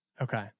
Okay